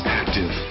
active